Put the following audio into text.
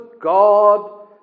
God